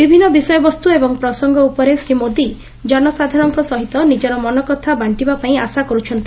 ବିଭିନ୍ ବିଷୟବସ୍ତ ଏବଂ ପ୍ରସଙ୍ଙ ଉପରେ ଶ୍ରୀ ମୋଦି ଜନସାଧାରଣଙ୍କ ସହିତ ନିଜର ମନକଥା ବାକ୍କିବାପାଇଁ ଆଶା କର୍ରଛନ୍ତି